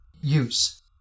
use